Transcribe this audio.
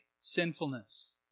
sinfulness